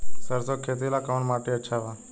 सरसों के खेती ला कवन माटी अच्छा बा?